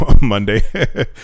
Monday